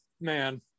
man